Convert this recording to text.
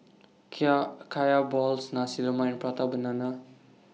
Kaya Balls Nasi Lemak Prata Banana